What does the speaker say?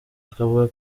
akavuga